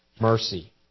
mercy